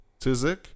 Tizik